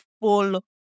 full